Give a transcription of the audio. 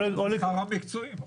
אז השר המקצועי מחליט.